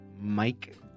Mike